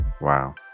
Wow